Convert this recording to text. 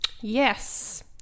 Yes